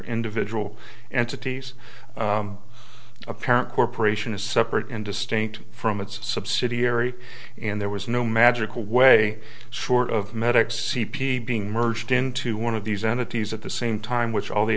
individual entities a parent corporation is separate and distinct from its subsidiary and there was no magical way short of medics c p being merged into one of these entities at the same time which all the